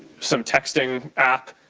some texting app,